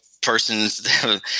persons